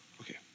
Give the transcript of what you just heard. okay